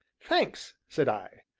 thanks! said i.